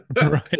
right